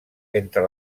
entre